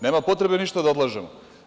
Nema potrebe ništa da odlažemo.